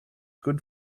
good